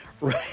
right